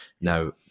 now